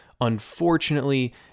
unfortunately